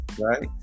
Right